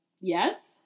Yes